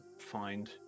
find